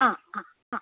आं आं आं